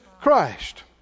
Christ